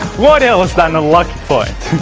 what else than a lucky point!